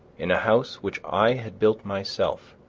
in a house which i had built myself,